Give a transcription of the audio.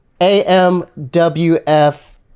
amwf